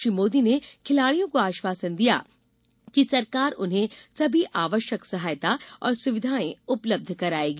श्री मोदी ने खिलाडियों को आश्वासन दिया कि सरकार उन्हें सभी आवश्यक सहायता और सुविधाएं उपलब्ध कराएगी